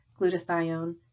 glutathione